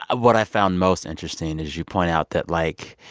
what i found most interesting is you point out that, like,